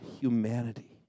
humanity